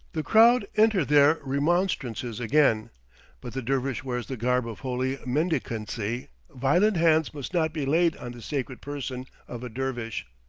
the crowd enter their remonstrances again but the dervish wears the garb of holy mendicancy violent hands must not be laid on the sacred person of a dervish.